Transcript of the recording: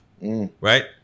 right